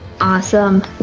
Awesome